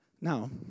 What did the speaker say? Now